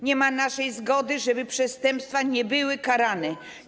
Nie ma naszej zgody, żeby przestępstwa nie były karane.